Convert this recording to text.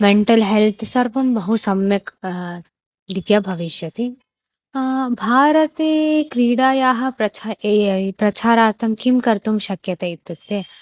mental health सर्वं बहु सम्यक् रीत्या भविष्यति भारते क्रीडायाः प्रछ प्रचारार्थं किं कर्तुं शक्यते इत्युक्ते